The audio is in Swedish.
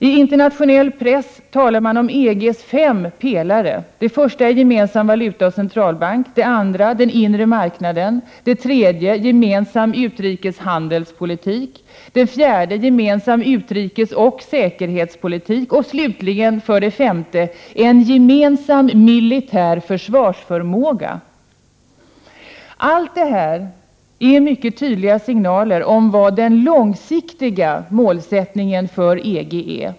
I internationell press talar man om EG:s fem pelare: en gemensam valutaoch centralbank, den inre marknaden, gemensam utrikeshandelspolitik, gemensam utrikesoch säkerhetspolitik och en gemensam militär försvarsförmåga. Allt detta är mycket tydliga signaler om vad den långsiktiga målsättningen för EG är.